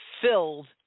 filled